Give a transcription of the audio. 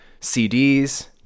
CDs